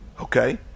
okay